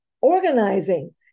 organizing